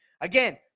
Again